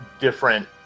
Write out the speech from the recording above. different